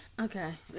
Okay